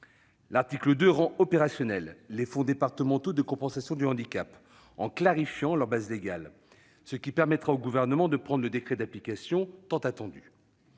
L'article 2 rend opérationnels les fonds départementaux de compensation du handicap en clarifiant leur base légale, ce qui permettra au Gouvernement de prendre le décret d'application tant attendu.